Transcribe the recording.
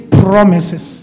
promises